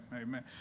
amen